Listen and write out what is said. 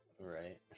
Right